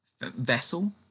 vessel